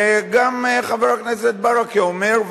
וגם חבר הכנסת ברכה אומר,